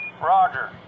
Roger